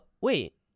wait